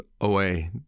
away